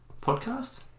podcast